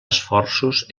esforços